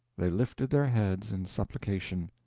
they lifted their heads in supplication.